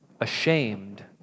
ashamed